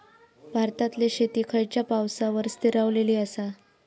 भारतातले शेती खयच्या पावसावर स्थिरावलेली आसा?